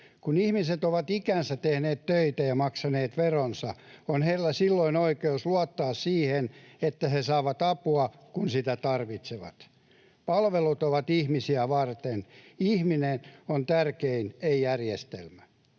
Kun ihmiset ovat ikänsä tehneet töitä ja maksaneet veronsa, on heillä silloin oikeus luottaa siihen, että he saavat apua, kun sitä tarvitsevat. Palvelut ovat ihmisiä varten. Ihminen on tärkein, ei järjestelmä.